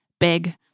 Big